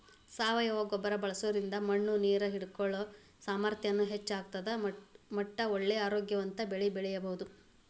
ಸಾವಯವ ಗೊಬ್ಬರ ಬಳ್ಸೋದ್ರಿಂದ ಮಣ್ಣು ನೇರ್ ಹಿಡ್ಕೊಳೋ ಸಾಮರ್ಥ್ಯನು ಹೆಚ್ಚ್ ಆಗ್ತದ ಮಟ್ಟ ಒಳ್ಳೆ ಆರೋಗ್ಯವಂತ ಬೆಳಿ ಬೆಳಿಬಹುದು